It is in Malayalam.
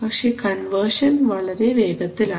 പക്ഷേ കൺവെർഷൻ വളരെ വേഗത്തിലാണ്